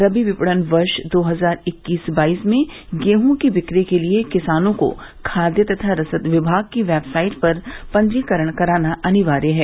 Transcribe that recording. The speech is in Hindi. रबी विपणन वर्ष दो हजार इक्कीस बाइस में गेहूं की बिक्री के लिए किसानों को खाद्य तथा रसद विमाग की वेबसाइट पर पंजीकरण कराना अनिवार्य है